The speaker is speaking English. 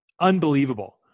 unbelievable